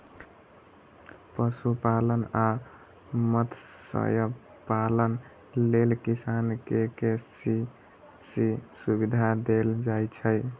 पशुपालन आ मत्स्यपालन लेल किसान कें के.सी.सी सुविधा देल जाइ छै